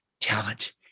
talent